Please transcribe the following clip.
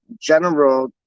general